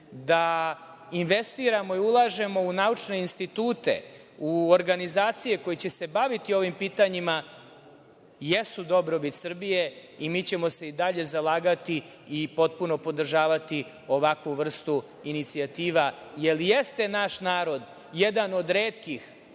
da investiramo i ulažemo u naučne institute, u organizacije koje će se baviti ovim pitanjima, jesu dobrobit Srbije i mi ćemo se i dalje zalagati i potpuno podržavati ovakvu vrstu inicijativa, jer jeste naš narod jedan od retkih,